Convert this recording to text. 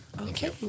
Okay